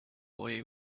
boy